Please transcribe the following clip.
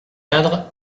cadre